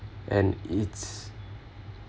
and it's